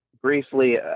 Briefly